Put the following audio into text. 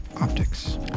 optics